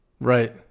right